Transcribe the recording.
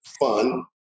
fun